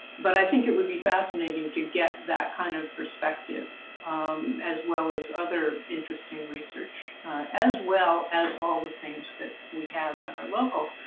but i think it would be fascinating to get that kind of perspective um as well as other interesting research as well as all the things that we have that are local,